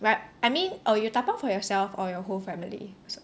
right I mean you oh you dabao for yourself or the whole family also